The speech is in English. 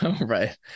right